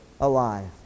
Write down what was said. alive